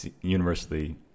universally